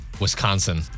Wisconsin